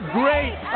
great